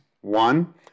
One